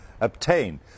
obtain